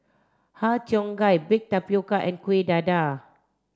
Har Cheong Gai baked tapioca and Kueh Dadar